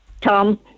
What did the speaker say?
Tom